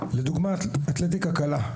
לדוגמה אתלטיקה קלה.